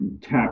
tap